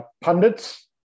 pundits